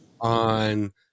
on